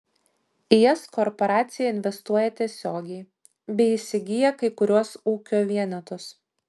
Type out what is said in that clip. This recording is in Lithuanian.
į jas korporacija investuoja tiesiogiai bei įsigyja kai kuriuos ūkio vienetus